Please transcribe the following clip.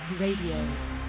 Radio